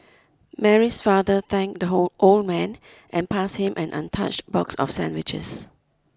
Mary's father thanked the whole old man and passed him an untouched box of sandwiches